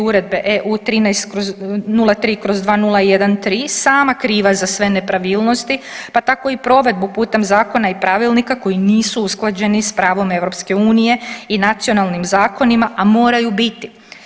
Uredbe EU 03/2013 sama kriva za sve nepravilnosti, pa tak i provedbu putem zakona i pravilnika koji nisu usklađeni s pravom EU i nacionalnim zakonima, a moraju biti.